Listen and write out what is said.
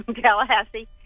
Tallahassee